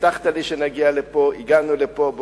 הבטחת לי שנגיע לפה, הגענו לפה.